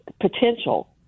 potential